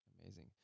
amazing